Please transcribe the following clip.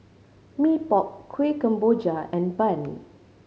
Mee Pok Kuih Kemboja and bun